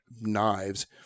knives